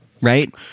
right